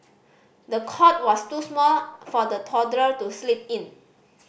the cot was too small for the toddler to sleep in